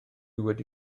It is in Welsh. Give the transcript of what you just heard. wedi